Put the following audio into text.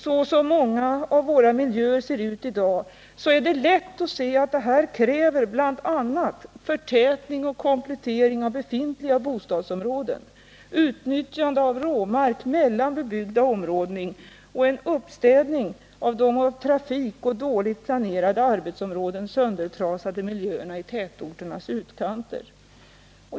Så som många av våra miljöer ser ut i dag är det lätt att se att det krävs bl.a. förtätning och komplettering av befintliga bostadsområden, utnyttjande av råmark mellan bebyggda områden och en uppstädning av de av trafik och dåligt planerade arbetsområden söndertrasade miljöerna i tätorternas utkanter.